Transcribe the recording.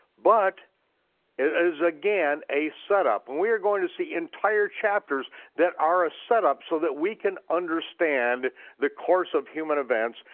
but it is, again, a setup. and we are going to see entire chapters that are a setup so that we can understand the course of human events,